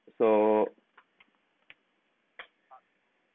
so